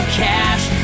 cash